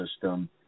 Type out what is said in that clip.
system